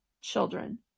children